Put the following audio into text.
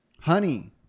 Honey